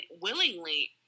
willingly